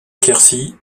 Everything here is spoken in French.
quercy